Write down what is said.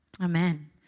Amen